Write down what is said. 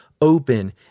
open